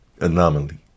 Anomaly